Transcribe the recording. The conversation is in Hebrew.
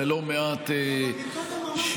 ללא מעט שיופים